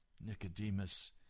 Nicodemus